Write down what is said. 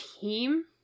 team